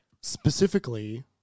Specifically